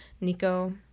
Nico